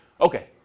Okay